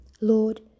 Lord